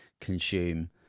consume